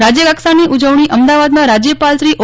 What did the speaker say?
રાજ્યકક્ષાની ઉજવણી અમદાવાદ માં રાજ્યપાલ શ્રી ઓ